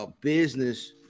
business